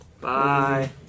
bye